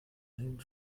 allen